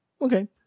Okay